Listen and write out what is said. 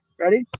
Ready